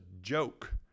joke